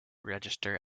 register